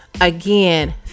Again